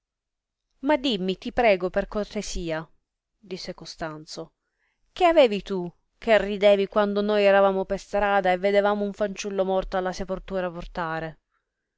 ma dimmi ti prego per cortesia disse costanzo che avevi tu che ridevi quando noi eravamo per strada e vedevamo un fanciullo morto alla sepoltura portare